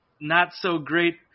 not-so-great